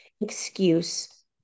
excuse